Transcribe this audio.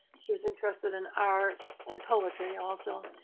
she was interested in art and poetry also,